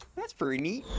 that's very neat